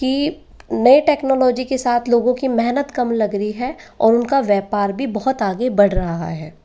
कि नई टेक्नोलोजी के साथ लोगों की मेहनत कम लग रही है और उनका व्यापार भी बहुत आगे बढ़ रहा है